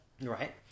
Right